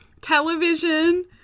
television